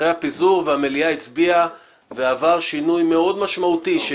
אחרי הפיזור המליאה הצביעה ועבר שינוי מאוד משמעותי.